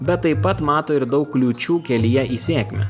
bet taip pat mato ir daug kliūčių kelyje į sėkmę